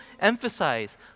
emphasize